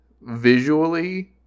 visually